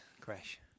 crash